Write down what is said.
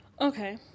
Okay